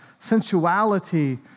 sensuality